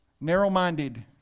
narrow-minded